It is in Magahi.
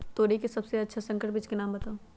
तोरी के सबसे अच्छा संकर बीज के नाम बताऊ?